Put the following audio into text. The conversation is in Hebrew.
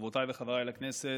חברותיי וחבריי לכנסת,